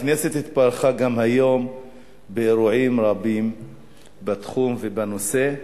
הכנסת התברכה גם היום באירועים רבים בתחום ובנושא.